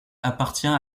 appartient